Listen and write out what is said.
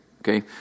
Okay